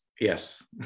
Yes